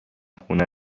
خونه